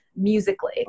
musically